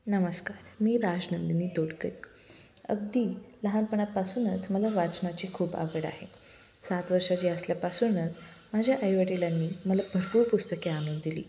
नमस्कार मी राजनंदिनी तोडकरी अगदी लहानपणपासूनच मला वाचनाची खूप आवड आहे सात वर्षाची असल्यापासूनच माझ्या आईवडीलांनी मला भरपूर पुस्तके आणून दिली